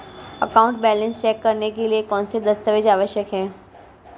Account balance check करने के लिए कौनसे दस्तावेज़ आवश्यक हैं?